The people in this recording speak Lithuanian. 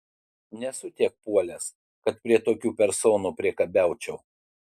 nesu tiek puolęs kad prie tokių personų priekabiaučiau